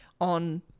on